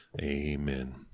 Amen